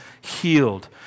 healed